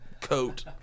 coat